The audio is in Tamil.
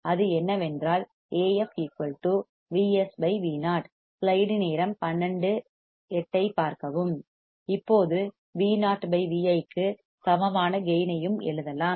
அது என்னவென்றால் Af VsVo இப்போது Vo Vi க்கு சமமான கேயின் ஐயும் எழுதலாம்